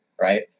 right